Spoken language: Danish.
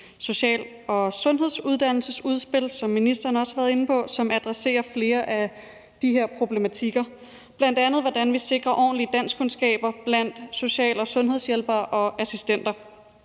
social- og sundhedsuddannelsesudspil, som ministeren også har været inde på, og som adresserer flere af de her problematikker. Det handler bl.a. om, hvordan vi sikrer ordentlige danskkundskaber blandt social- og sundhedshjælpere og -assistenter.